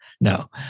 No